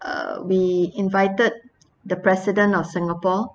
uh we invited the president of singapore